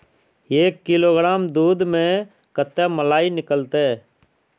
एक किलोग्राम दूध में कते मलाई निकलते?